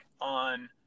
on